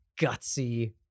gutsy